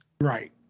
Right